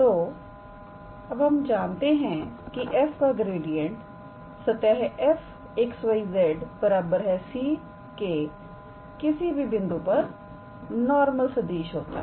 तो अब हम जानते हैं कि f का ग्रेडियंट सतह 𝑓𝑥 𝑦 𝑧 𝑐 के किसी भी बिंदु पर नॉर्मल सदिश होता है